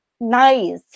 nice